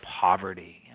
poverty